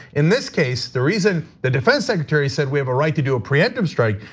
in this case, the reason the defense secretary said we have a right to do a preemptive strike,